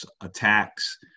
attacks